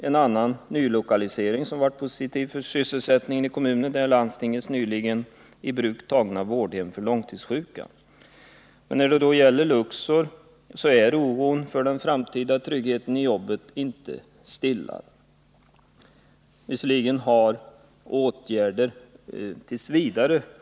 En nylokalisering som varit positiv för sysselsättningen i kommunen är landstingets nyligen i bruk tagna vårdhem för långtidssjuka. När det gäller Luxor, så är oron för den framtida tryggheten i jobbet inte stillad.